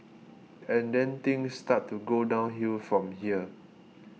and then things start to go downhill from here